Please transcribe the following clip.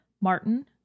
Martin